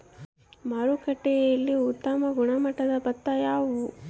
ಮಾರುಕಟ್ಟೆಯಲ್ಲಿ ಉತ್ತಮ ಗುಣಮಟ್ಟದ ಭತ್ತ ಯಾವುದು?